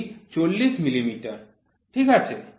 এটি ৪০ মিলিমিটার ঠিক আছে